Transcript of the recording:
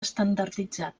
estandarditzat